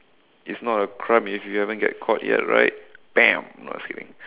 it's not crime if you haven't get caught yet right baam no just kidding